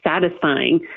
satisfying